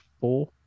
four